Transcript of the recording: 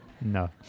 No